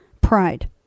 pride